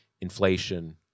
inflation